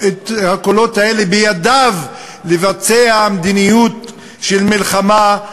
הקולות האלה בידיו כדי לבצע מדיניות של מלחמה,